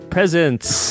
Presents